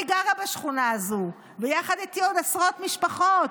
אני גרה בשכונה הזו, ויחד איתי עוד עשרות משפחות.